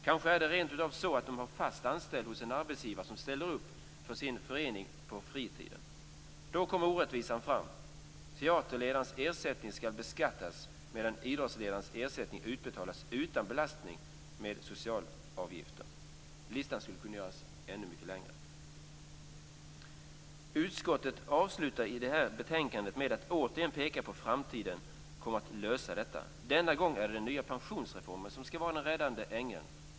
Kanske är det rentav så att de har fast anställning hos en arbetsgivare och ställer upp för sin förening på fritiden. Då kommer orättvisan fram. Teaterledarens ersättning skall beskattas, medan idrottsledarens ersättning utbetalas utan belastning med socialavgifter. Listan skulle kunna göras ännu mycket längre. Utskottet avslutar sitt betänkande med att återigen peka på att framtiden kommer att lösa detta. Denna gång är det den nya pensionsreformen som skall vara den räddande ängeln.